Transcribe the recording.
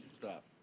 stop.